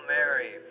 Mary